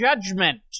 judgment